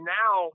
now